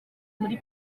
muri